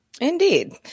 Indeed